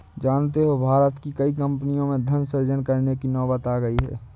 जानते हो भारत की कई कम्पनियों में धन सृजन करने की नौबत आ गई है